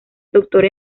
doctor